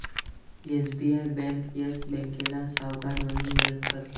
SBI bank Yes बँकेला सावकार म्हणून मदत करते